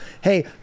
hey